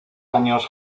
años